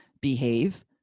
behave